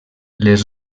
les